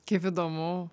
kaip įdomu